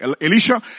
Elisha